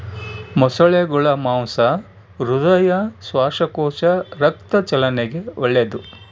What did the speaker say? ಮೊಸಳೆಗುಳ ಮಾಂಸ ಹೃದಯ, ಶ್ವಾಸಕೋಶ, ರಕ್ತ ಚಲನೆಗೆ ಒಳ್ಳೆದು